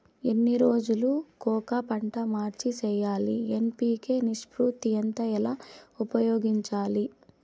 ఎన్ని రోజులు కొక పంట మార్చి సేయాలి ఎన్.పి.కె నిష్పత్తి ఎంత ఎలా ఉపయోగించాలి?